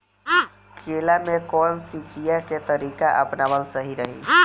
केला में कवन सिचीया के तरिका अपनावल सही रही?